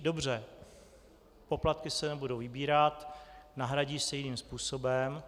Dobře, poplatky se nebudou vybírat, nahradí se jiným způsobem.